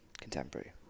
Contemporary